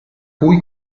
cui